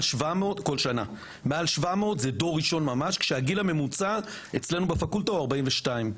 שנה מעל כ-700 הם דור ראשון כשאצלנו הגיל הממוצע בפקולטה הוא 42,